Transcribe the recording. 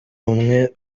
bumwe